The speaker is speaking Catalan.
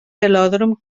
velòdrom